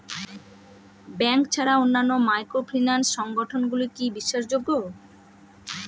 Bank ছাড়া অন্যান্য microfinance সংগঠন গুলি কি বিশ্বাসযোগ্য?